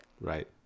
Right